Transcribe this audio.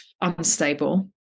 Unstable